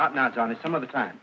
that not on the some of the time